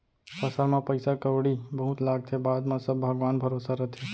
फसल म पइसा कउड़ी बहुत लागथे, बाद म सब भगवान भरोसा रथे